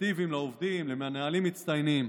אפקטיביים לעובדים, למנהלים מצטיינים,